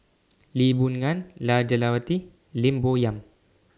Lee Boon Ngan Jah Lelawati Lim Bo Yam